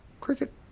cricket